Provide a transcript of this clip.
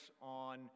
on